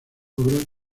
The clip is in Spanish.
obras